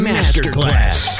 Masterclass